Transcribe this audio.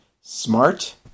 smart